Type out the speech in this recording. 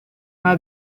nta